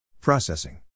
Processing